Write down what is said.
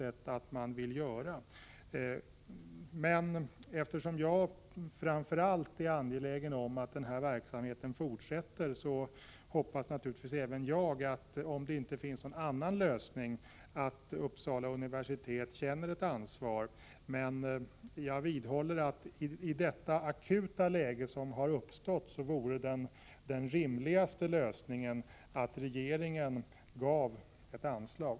Eftersom jag framför allt är angelägen om den här verksamheten hoppas jag att Uppsala universitet — om det nu inte finns någon annan lösning — känner sitt ansvar. Men jag vidhåller att i det akuta läge som uppstått vore den rimligaste lösningen att regeringen gav ett anslag.